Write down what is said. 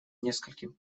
нескольким